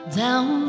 down